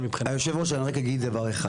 יושב הראש, אני רק אגיד דבר אחד.